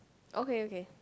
okay okay